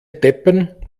deppen